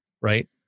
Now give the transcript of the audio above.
right